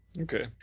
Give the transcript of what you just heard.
Okay